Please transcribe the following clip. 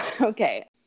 Okay